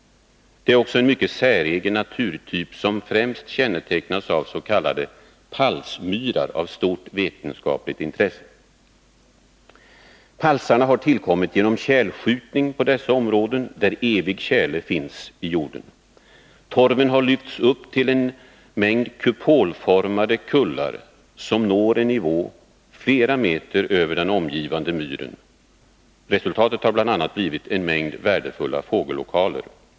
Det är också en mycket säregen naturtyp, som främst kännetecknas av s.k. palsmyrar av stort vetenskapligt intresse. Palsarna har tillkommit genom tjälskjutning på dessa områden där evig tjäle finns i jorden. Torven har lyfts upp till en mängd kupolformade kullar, som når en nivå flera meter över den omgivande myren. Resultatet har bl.a. blivit en mängd värdefulla fågellokaler.